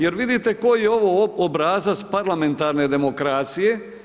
Jer vidite koji je ovo obrazac parlamentarne demokracije.